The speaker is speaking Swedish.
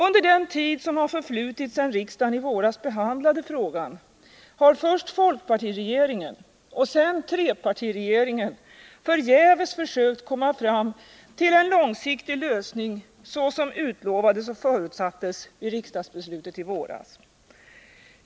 Under den tid som har förflutit sedan riksdagen i våras behandlade frågan har först folkpartiregeringen och sedan trepartiregeringen förgäves försökt komma fram till den långsiktiga lösning som utlovades och förutsattes vid riksdagsbeslutet i våras.